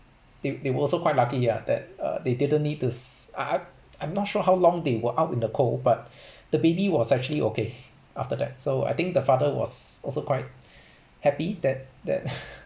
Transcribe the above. they they were also quite lucky ya that uh they didn't need to s~ I I I'm not sure how long they were out in the cold but the baby was actually okay after that so I think the father was also quite happy that that